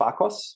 Bakos